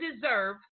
deserve